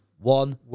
One